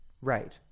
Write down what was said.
Right